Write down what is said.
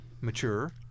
mature